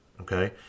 okay